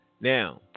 Now